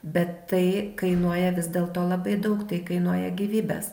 bet tai kainuoja vis dėl to labai daug tai kainuoja gyvybes